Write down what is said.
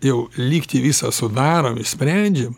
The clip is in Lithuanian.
jau lygtį visą sudarom išsprendžiam